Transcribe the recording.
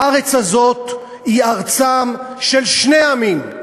הארץ הזאת היא ארצם של שני העמים,